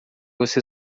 você